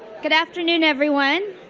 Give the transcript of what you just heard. good afternoon, everyone.